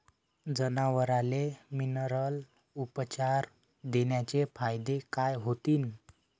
जनावराले मिनरल उपचार देण्याचे फायदे काय होतीन?